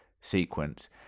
sequence